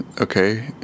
okay